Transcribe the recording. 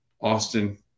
Austin